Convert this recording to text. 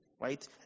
right